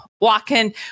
Walking